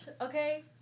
okay